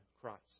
christ